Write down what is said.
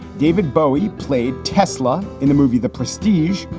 david bowie played tesla in the movie the prestige,